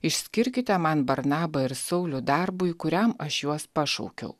išskirkite man barnabą ir saulių darbui kuriam aš juos pašaukiau